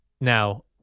Now